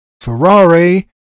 Ferrari